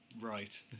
Right